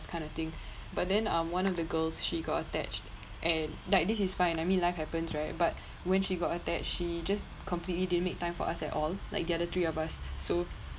kind of thing but then uh one of the girls she got attached and like this is fine I mean life happens right but when she got attached she just completely didn't make time for us at all like the other three of us so